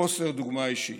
חוסר דוגמה אישית,